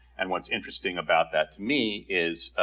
and what's interesting about that to me is,